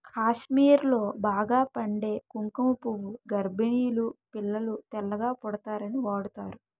కాశ్మీర్లో బాగా పండే కుంకుమ పువ్వు గర్భిణీలు పిల్లలు తెల్లగా పుడతారని వాడుతారు